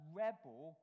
rebel